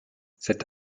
cet